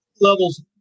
Levels